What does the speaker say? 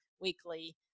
weekly